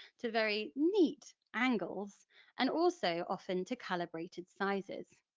to very neat angles and also often to calibrated sizes.